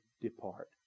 depart